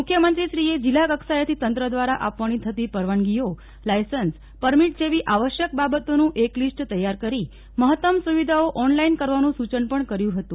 મુખ્યમંત્રીશ્રીએ જિલ્લા કક્ષાએથી તંત્ર દ્વારા આપવાની થતી પરવાનગીઓ લાયસન્સ પરમીટ જેવી આવશ્યક બાબતોનું એક લીસ્ટ તૈયાર કરી મહત્તમ સુવિધાઓ ઓન લાઇન કરવાનું સૂચન પણ કર્યુ હતું